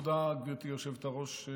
תודה, גברתי היושבת-ראש.